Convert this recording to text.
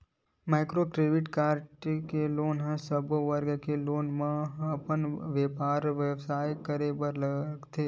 micro credit loan अइसे सब्बो वर्ग के लोगन मन ह अपन बेपार बेवसाय करे बर लेथे